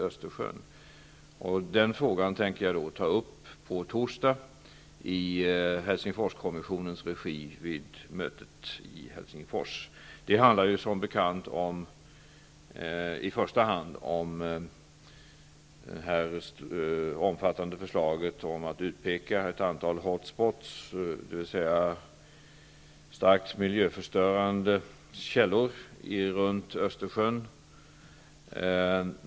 Denna fråga tänker jag ta upp på torsdag i Helsingforskommissionens regi vid mötet i Helsingfors. Det handlar som bekant i första hand om det omfattande förslaget om att utpeka ett antal hot spots, dvs. starkt miljöförstörande källor runt Östersjön.